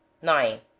nine.